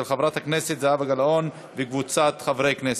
של חברת הכנסת זהבה גלאון וקבוצת חברי הכנסת.